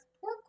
poor